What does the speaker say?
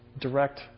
direct